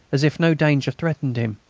as if no danger threatened him.